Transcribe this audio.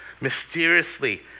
mysteriously